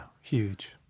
huge